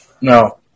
No